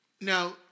Now